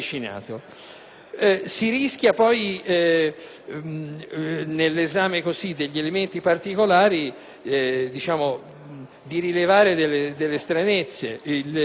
Si rischia poi, nell'esame degli elementi particolari, di rilevare delle stranezze.